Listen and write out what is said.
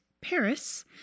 Paris